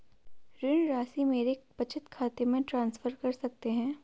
ऋण राशि मेरे बचत खाते में ट्रांसफर कर सकते हैं?